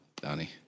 Donnie